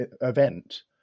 event